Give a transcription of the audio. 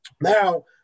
Now